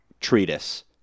treatise